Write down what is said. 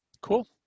Cool